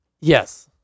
Yes